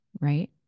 right